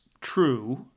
true